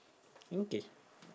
okay